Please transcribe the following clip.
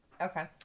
Okay